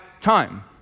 time